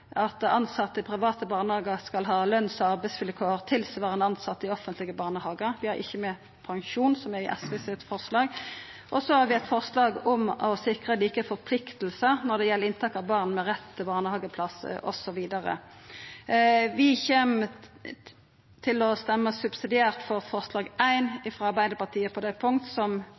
at tilsette ved private barnehagar skal ha lønns- og arbeidsvilkår tilsvarande tilsette ved offentlege barnehagar – vi har ikkje med pensjon, som er med i forslaget frå SV – og vi har eit forslag om å sikra like forpliktingar når det gjeld inntak av barn med rett til barnehageplass osv. Vi kjem til å stemma subsidiært for forslag nr. 1 frå Arbeidarpartiet på det punktet som